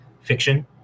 fiction